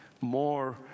more